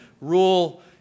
rule